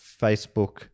Facebook